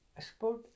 sport